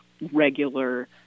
regular